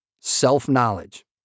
Self-knowledge